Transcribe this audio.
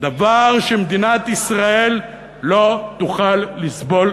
דבר שמדינת ישראל לא תוכל לסבול,